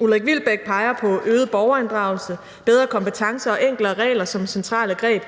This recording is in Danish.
Ulrik Wilbek peger på øget borgerinddragelse, bedre kompetencer og enklere regler som centrale greb,